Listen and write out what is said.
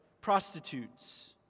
prostitutes